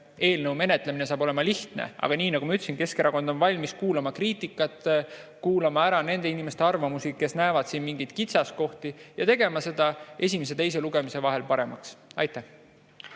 eelnõu menetlemise olevat lihtne. Aga nagu ma ütlesin, Keskerakond on valmis kuulama kriitikat, kuulama ära nende inimeste arvamusi, kes näevad siin mingeid kitsaskohti, ning tegema selle eelnõu esimese ja teise lugemise vahel paremaks. Aitäh!